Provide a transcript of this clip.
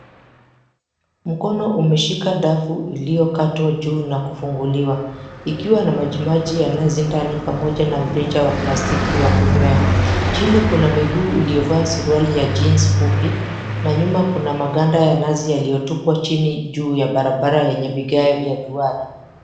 Mkono umeshika dafu iliyokatwa juu na kufunguliwa ikiwa na majimaji ya nazi ndani pamoja na mrija wa plastiki wa kunywea. Chini kuna miguu iliyovaa suruali ya jins fupi na nyuma kuna maganda ya nazi yaliyotupwa chini juu ya barabara yenye vigae vya duara.